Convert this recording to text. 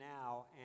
now